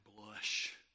blush